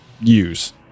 use